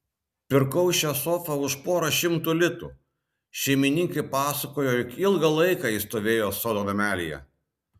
pirkau šią sofą už porą šimtų litų šeimininkai pasakojo jog ilgą laiką ji stovėjo sodo namelyje